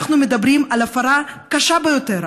אנחנו מדברים על הפרה קשה ביותר,